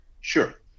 Sure